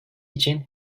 için